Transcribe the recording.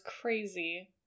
crazy